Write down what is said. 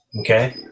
Okay